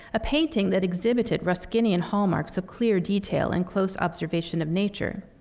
a painting that exhibited ruskinian hallmarks of clear detail and close observation of nature.